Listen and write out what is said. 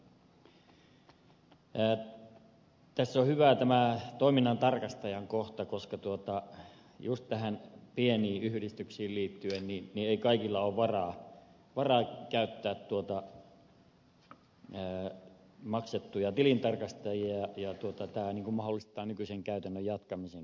tässä on hyvä tämä toiminnantarkastajan kohta koska juuri näihin pieniin yhdistyksiin liittyen ei kaikilla ole varaa käyttää maksettuja tilintarkastajia ja tämä mahdollistaa nykyi sen käytännön jatkamisenkin